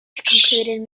concluded